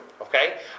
okay